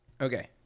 Okay